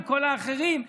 בכל האחרים,